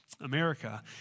America